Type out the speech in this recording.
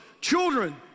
children